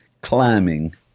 Climbing